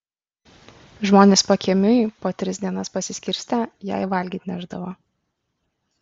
žmonės pakiemiui po tris dienas pasiskirstę jai valgyt nešdavo